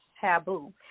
taboo